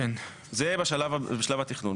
זה בשלב התכנון.